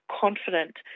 confident